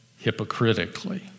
Hypocritically